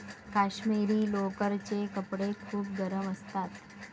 काश्मिरी लोकरचे कपडे खूप गरम असतात